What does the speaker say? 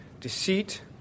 Deceit